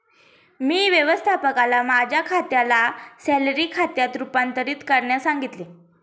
मी व्यवस्थापकाला माझ्या खात्याला सॅलरी खात्यात रूपांतरित करण्यास सांगितले